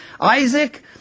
Isaac